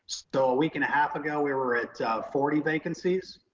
so a week and a half ago, we were at forty vacancies.